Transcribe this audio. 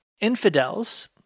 infidels